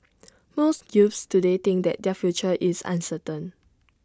most youths today think that their future is uncertain